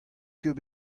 ket